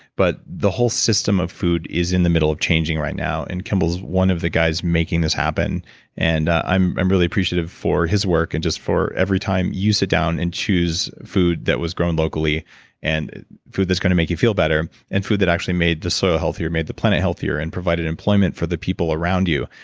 but the whole system of food is in the middle of changing right now and kimbal's one of the guys making this happen i'm i'm really appreciative for his work and just for every time you sit down and choose food that was grown locally and food that's going to make you feel better and food that actually made the soil healthier, made the planet healthier and provided employment for the people around you.